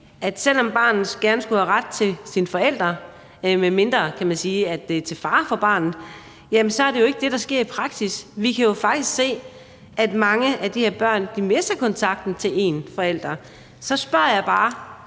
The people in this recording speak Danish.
selv om barnet gerne skulle have ret til sine forældre, medmindre dette er til fare for barnet, så er det ikke det, der sker i praksis. Vi kan jo faktisk se, at mange af de her børn mister kontakten til en forælder. Så spørger jeg bare: